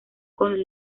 con